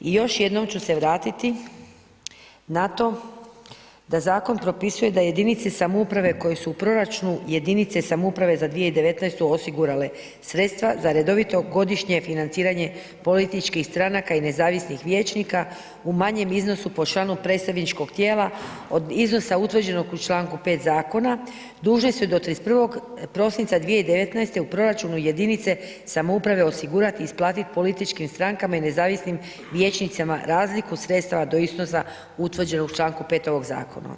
I još jednom ću se vratiti na to da zakon propisuje da jedinici samouprave koje su u proračunu jedinice samouprave za 2019. osigurale sredstva za redovito godišnje financiranje političkih stranaka i nezavisnih vijećnika, u manjem iznosu po članu predstavničkog tijela, od iznosa utvrđenog u čl. 5 zakona, dužni su do 31. prosinca 2019. u proračunu jedinice samouprave osigurati i isplatiti političkim strankama i nezavisnim vijećnicama razliku sredstava do iznosa utvrđenog u čl. 5 ovog zakona.